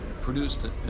produced